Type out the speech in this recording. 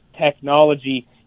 technology